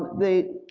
they